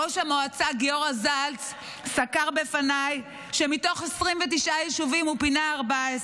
ראש המועצה גיורא זלץ סקר בפניי שמתוך 29 יישובים הוא פינה 14,